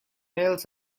else